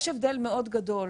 יש הבדל מאוד גדול